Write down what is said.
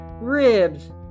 ribs